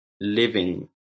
living